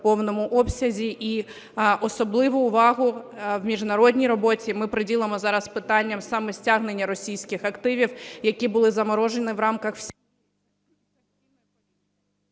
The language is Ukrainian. повному обсязі. І особливу увагу в міжнародній роботі ми приділимо зараз питанням саме стягнення російських активів, які були заморожені в рамках…